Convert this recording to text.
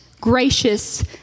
gracious